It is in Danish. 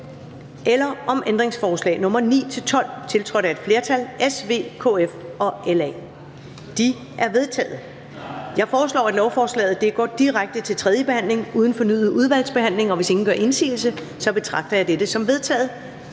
eller om ændringsforslag nr. 9-12, tiltrådt af et flertal (S, V, KF og LA)? De er vedtaget. Jeg foreslår, at lovforslaget går direkte til tredje behandling uden fornyet udvalgsbehandling, og hvis ingen gør indsigelse, betragter jeg dette som vedtaget.